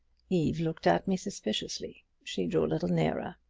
eve looked at me suspiciously. she drew a little nearer.